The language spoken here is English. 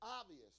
obvious